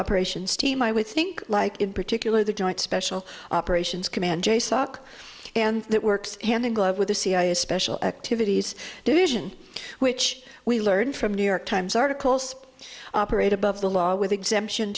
operations team i would think like in particular the joint special operations command j sock and that works hand in glove with the cia special activities division which we learned from new york times articles operate above the law with exemption